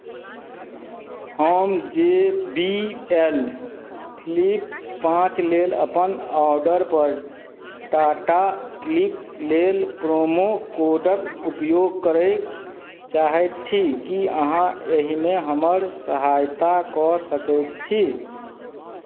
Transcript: हम J B L flip पाँच लेल अपन ऑर्डरपर टाटा क्लिक लेल प्रोमो कोडक उपयोग करय चाहैत छी की अहाँ एहिमे हमर सहायता कऽ सकैत छी